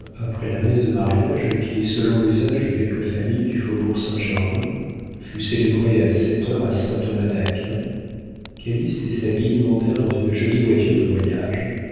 après la messe de mariage qui selon l'usage de quelques familles du faubourg saint-germain fut célébrée à sept heures à saint-thomas-d'aquin calyste et sabine montèrent dans une jolie voiture de voyage